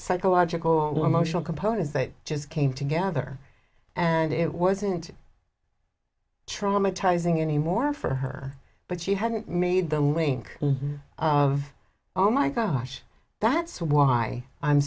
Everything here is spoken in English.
psychological emotional components that just came together and it wasn't traumatizing anymore for her but she hadn't made the link of oh my gosh that's why i'm